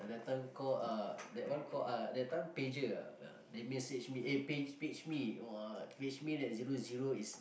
that time call uh that one call ah that time pager ah they message me eh page page me !wah! page me at zero zero is